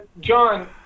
John